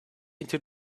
into